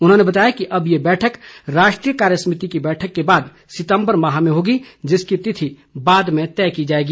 उन्होंने बताया कि अब ये बैठक राष्ट्रीय कार्यसमिति की बैठक के बाद सितम्बर माह में होगी जिसकी तिथि बाद में तय की जाएगी